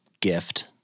gift